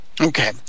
Okay